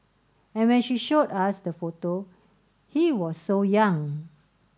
and when she showed us the photo he was so young